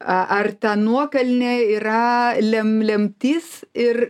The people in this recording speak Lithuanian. ar ta nuokalnė yra lem lemtis ir